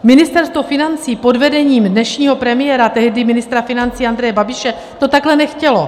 Ministerstvo financí pod vedením dnešního premiéra, tehdy ministra financí Andreje Babiše, to takhle nechtělo.